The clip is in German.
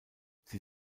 sie